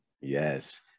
Yes